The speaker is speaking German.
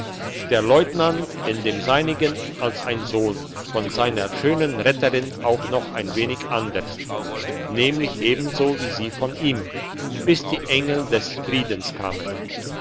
der leutnant in dem seinigen als ein sohn von seiner schönen retterin auch noch ein wenig anderst nämlich ebenso wie sie von ihm bis die engel des friedens kamen